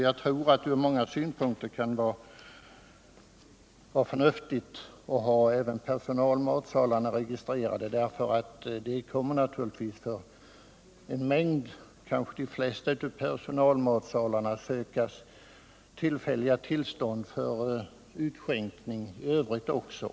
Jag tror att det från många synpunkter kan vara förnuftigt att ha även personalmatsalarna registrerade, eftersom det förmodligen för en mängd personalmatsalar — kanske för de flesta — kommer att sökas tillfälliga tillstånd för utskänkning i övrigt också.